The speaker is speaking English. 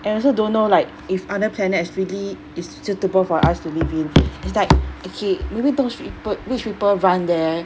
and I also don't know like if other planet is really is suitable for us to live in it's like okay maybe those ri~ pe~ rich people run there